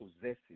possesses